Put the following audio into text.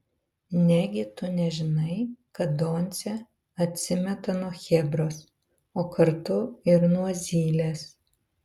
negi tu nežinai kad doncė atsimeta nuo chebros o kartu ir nuo zylės